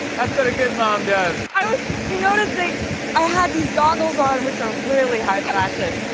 that's what a good mom does. i was you notice the i had these goggles on, which are really high fashion.